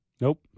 Nope